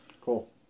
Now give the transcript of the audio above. Cool